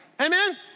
Amen